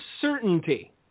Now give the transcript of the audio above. certainty